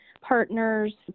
partners